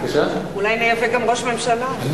אולי נייבא גם ראש ממשלה.